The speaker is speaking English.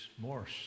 Morse